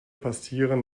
passieren